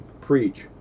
preach